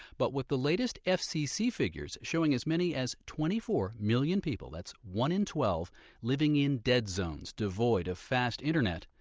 but with the latest fcc figures showing as many as twenty four million people that's one in twelve living in dead zones, devoid of fast internet,